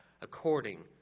according